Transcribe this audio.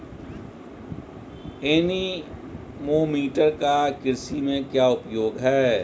Anemometer का कृषि में क्या उपयोग है?